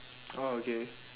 oh okay